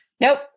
Nope